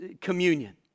communion